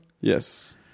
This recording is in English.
Yes